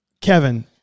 Kevin